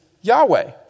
Yahweh